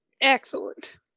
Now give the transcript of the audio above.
Excellent